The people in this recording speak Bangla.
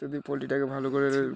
যদি পোলট্রিটাকে ভালো করে